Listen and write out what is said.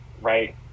right